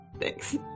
Thanks